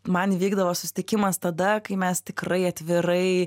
man įvykdavo susitikimas tada kai mes tikrai atvirai